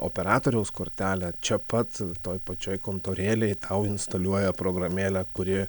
operatoriaus kortelę čia pat toj pačioj kontorėlėj tau instaliuoja programėlę kuri